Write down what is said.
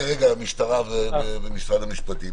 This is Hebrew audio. המשטרה ומשרד המשפטים.